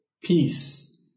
peace